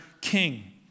king